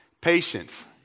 patience